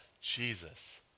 Jesus